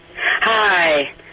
Hi